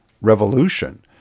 revolution